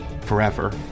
forever